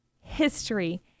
History